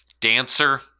Dancer